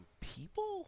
people